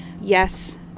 Yes